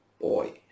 boy